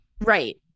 right